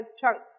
chunks